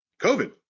COVID